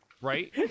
right